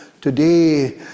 today